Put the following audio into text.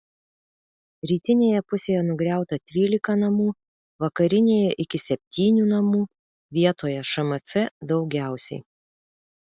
rytinėje pusėje nugriauta trylika namų vakarinėje iki septynių namų vietoje šmc daugiausiai